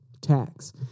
tax